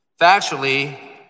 Factually